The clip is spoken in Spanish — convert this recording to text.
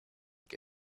que